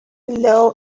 below